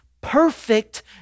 perfect